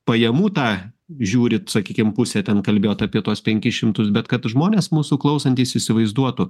pajamų tą žiūrit sakykim pusę ten kalbėjot apie tuos penkis šimtus bet kad žmonės mūsų klausantys įsivaizduotų